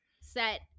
set